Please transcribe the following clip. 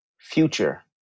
Future